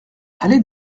allée